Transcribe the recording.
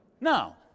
No